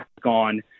gone